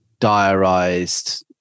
diarized